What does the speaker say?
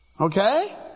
Okay